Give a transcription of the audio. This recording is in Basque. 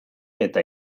eta